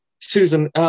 Susan